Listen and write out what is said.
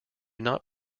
not